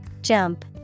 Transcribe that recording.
Jump